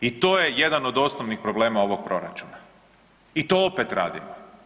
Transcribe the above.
I to je jedan od osnovnih problema ovog proračuna i to opet radimo.